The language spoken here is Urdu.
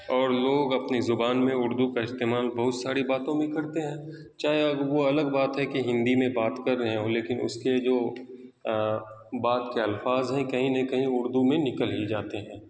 اور لوگ اپنی زبان میں اردو کا استعمال بہت ساری باتوں میں کرتے ہیں چاہے اب وہ الگ بات ہے کہ ہندی میں بات کر رہے ہوں لیکن اس کے جو بات کے الفاظ ہیں کہیں نہ کہیں اردو میں نکل ہی جاتے ہیں